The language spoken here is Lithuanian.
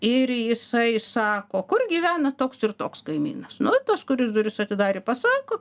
ir jisai sako kur gyvena toks ir toks kaimynas nu tas kuris duris atidarė pasako